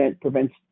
prevents